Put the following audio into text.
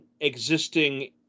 existing